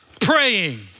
praying